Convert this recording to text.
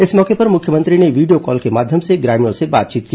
इस मौके पर मुख्यमंत्री ने वीडियो कॉल के माध्यम से ग्रामीणों से बातचीत की